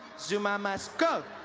zuma must go!